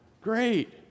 Great